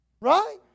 Right